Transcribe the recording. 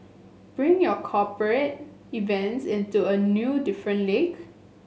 bring your cooperate events into a new different league